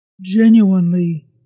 genuinely